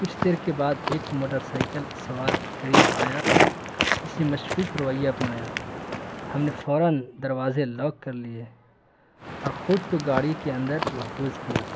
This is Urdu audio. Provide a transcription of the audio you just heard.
کچھ دیر کے بعد ایک موٹر سائیکل سوار قریب آیا جس نے مشکوک رویہ اپنایا ہم نے فوراً دروازے لاک کر لیے اور خود کو گاڑی کے اندر محفوظ کیا